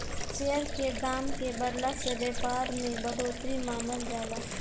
share के दाम के बढ़ला से व्यापार में बढ़ोतरी मानल जाला